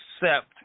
accept